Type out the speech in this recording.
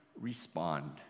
respond